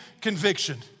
conviction